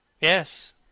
Yes